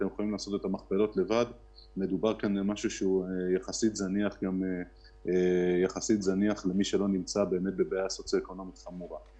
שזה משהו שהוא יחסית זניח למי שלא נמצא במצב סוציו אקונומי חמור.